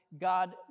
God